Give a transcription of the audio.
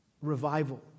revival